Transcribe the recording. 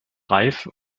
reif